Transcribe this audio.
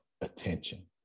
attention